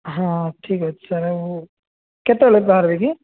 ହଁ ଠିକ୍ ଅଛି ସାର୍ ଆଉ କେତେବେଳେ ବାହାରିବେ କି